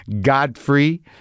Godfrey